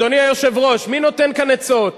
אדוני היושב-ראש, מי נותן כאן עצות?